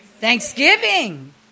thanksgiving